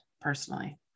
personally